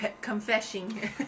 Confessing